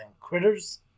Critters